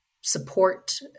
support